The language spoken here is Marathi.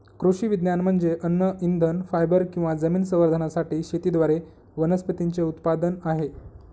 कृषी विज्ञान म्हणजे अन्न इंधन फायबर किंवा जमीन संवर्धनासाठी शेतीद्वारे वनस्पतींचे उत्पादन आहे